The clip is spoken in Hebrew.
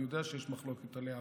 אני יודע שיש מחלוקת עליה,